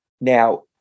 Now